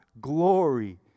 glory